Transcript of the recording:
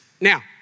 Now